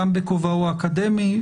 גם בכובעו האקדמי,